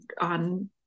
on